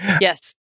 Yes